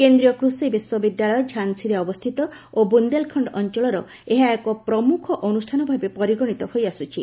କେନ୍ଦ୍ରୀୟ କୃଷି ବିଶ୍ୱବିଦ୍ୟାଳୟ ଝାନ୍ସୀରେ ଅବସ୍ଥିତ ଓ ବୁନ୍ଦେଲଖଣ୍ଡ ଅଞ୍ଚଳର ଏହା ଏକ ପ୍ରମୁଖ ଅନୁଷାନ ଭାବେ ପରିଗଣିତ ହୋଇଆସୁଛି